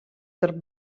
tarp